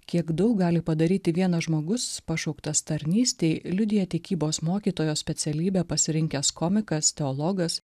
kiek daug gali padaryti vienas žmogus pašauktas tarnystei liudija tikybos mokytojo specialybę pasirinkęs komikas teologas